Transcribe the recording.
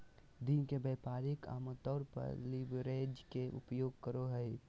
दिन के व्यापारी आमतौर पर लीवरेज के उपयोग करो हइ